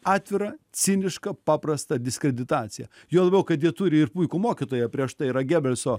atvirą cinišką paprastą diskreditaciją juo labiau kad jie turi ir puikų mokytoją prieš tai yra gebelso